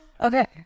Okay